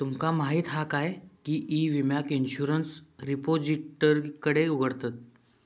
तुमका माहीत हा काय की ई विम्याक इंश्युरंस रिपोजिटरीकडे उघडतत